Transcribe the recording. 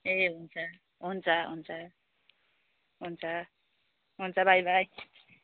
ए हुन्छ हुन्छ हुन्छ हुन्छ बाई बाई